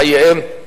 חייהם?